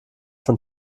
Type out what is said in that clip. von